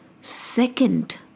Second